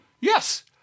Yes